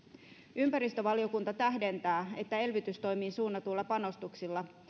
ympäristövaliokunta tähdentää että elvytystoimiin suunnatuilla panostuksilla